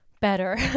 better